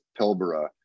Pilbara